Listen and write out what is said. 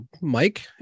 Mike